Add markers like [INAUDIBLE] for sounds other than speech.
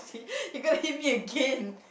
[LAUGHS] you're gonna hit me again